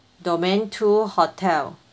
domain two hotel